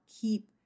keep